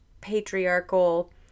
patriarchal